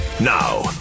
Now